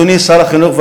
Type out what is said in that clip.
אדוני שר החינוך,